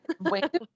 Wait